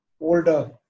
older